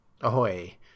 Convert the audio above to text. ahoy